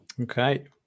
Okay